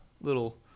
little